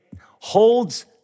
holds